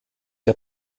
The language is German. der